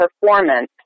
performance